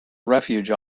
refuge